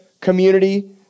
community